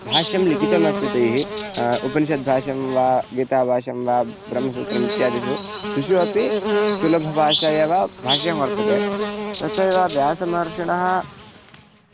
भाष्यं लिखितमस्ति तैः उपनिषद्भाष्यं वा गीताभाष्यं वा ब्रह्मसूत्रम् इत्यादिषु त्रिषु अपि सुलभभाषा एव भाष्यं वर्तते तथैव व्यासमहर्षिणः